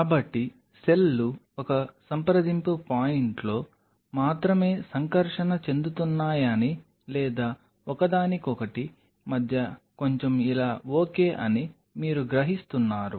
కాబట్టి సెల్లు ఒక సంప్రదింపు పాయింట్లో మాత్రమే సంకర్షణ చెందుతున్నాయని లేదా ఒకదానికొకటి మధ్య కొంచెం ఇలా ఓకే అని మీరు గ్రహిస్తున్నారు